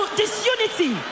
disunity